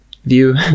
view